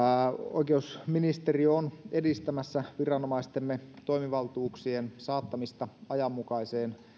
oikeusministeriö on edistämässä viranomaistemme toimivaltuuksien saattamista ajanmukaiseen